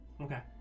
Okay